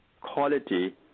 quality